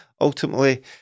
ultimately